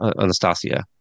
Anastasia